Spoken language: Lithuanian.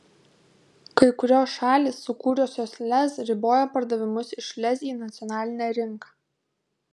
kai kurios šalys sukūrusios lez riboja pardavimus iš lez į nacionalinę rinką